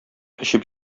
эчеп